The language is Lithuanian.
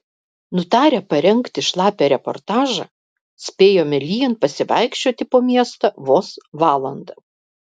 nutarę parengti šlapią reportažą spėjome lyjant pasivaikščioti po miestą vos valandą